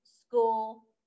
school